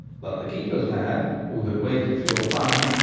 but the keeper's lad, who had waited for your fire,